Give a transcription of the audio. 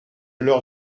leur